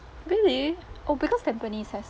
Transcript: really oh because tampines has